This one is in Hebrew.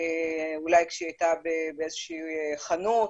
אולי כשהיא הייתה באיזושהי חנות.